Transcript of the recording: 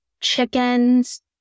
chickens